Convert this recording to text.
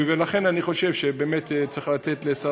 ולכן אני חושב שבאמת צריך לתת לשר